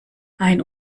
ein